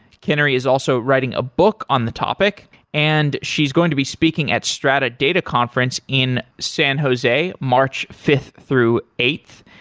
kinnary is also writing a book on the topic and she's going to speaking at strata data conference in san jose, march fifth through eighth.